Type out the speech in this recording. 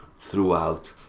throughout